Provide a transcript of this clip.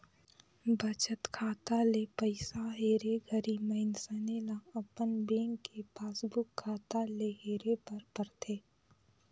बचत खाता ले पइसा हेरे घरी मइनसे ल अपन बेंक के पासबुक खाता ले हेरे बर परथे